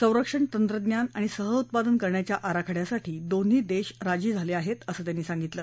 संरक्षण तंत्रज्ञान आणि सहउत्पादन करण्याच्या आराखडयासाठी दोन्ही देश राजी झाले आहेत असं त्यांनी सांगितलं